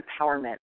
empowerment